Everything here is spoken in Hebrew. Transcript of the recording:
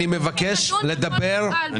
אני מבקש לדבר בלי מטפורות.